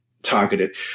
Targeted